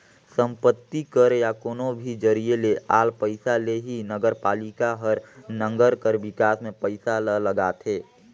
संपत्ति कर या कोनो भी जरिए ले आल पइसा ले ही नगरपालिका हर नंगर कर बिकास में पइसा ल लगाथे